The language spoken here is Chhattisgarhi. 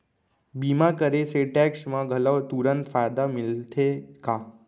बीमा करे से टेक्स मा घलव तुरंत फायदा मिलथे का?